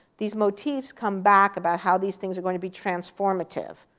these motifs come back about how these things are going to be transformative,